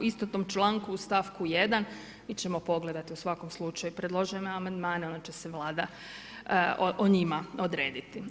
istom tom članku, stavak 1., mi ćemo pogledati u svakom slučaju predložene amandmane, onda će se Vlada o njima odrediti.